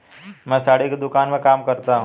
मैं साड़ी की दुकान में काम करता हूं